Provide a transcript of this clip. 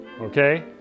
Okay